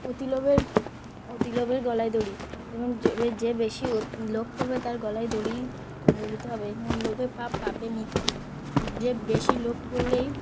অতি লোভের অতি লোভের গলায় দড়ি যেমন যে বেশি লোভ করবে তার গলায় দড়ি দিতে হবে যেমন লোভে পাপ পাপে মৃত্যু যে বেশি লোভ করলেই